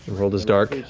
world is dark.